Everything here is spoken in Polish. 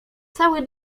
cały